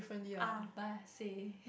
A B C